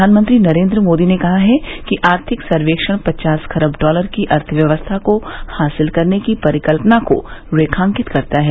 प्रधानमंत्री नरेंद्र मोदी ने कहा है कि आर्थिक सर्वेक्षण पचास खरब डॉलर की अर्थव्यवस्था को हासिल करने की परिकल्पना को रेखांकित करता है